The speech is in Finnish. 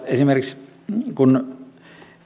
esimerkiksi